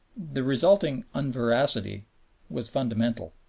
the resulting unveracity was fundamental.